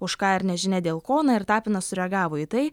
už ką ir nežinia dėl ko na ir tapinas sureagavo į tai